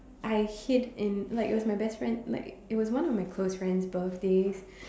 I hid in like it was my best friend like it was one of my close friends' birthdays